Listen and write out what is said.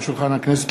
התשע"ד 2013,